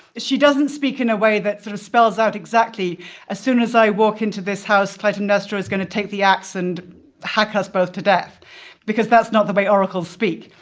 she doesn't speak in a way that sort of spells out exactly as soon as i walk into this house, clytemnestra is going to take the ax and hack us both to death because that's not the way oracles speak.